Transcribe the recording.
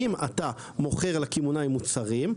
אם אתה מוכר לקמעונאי מוצרים,